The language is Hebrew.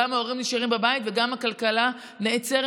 גם ההורים נשארים בבית וגם הכלכלה נעצרת.